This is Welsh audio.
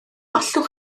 allwch